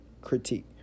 critique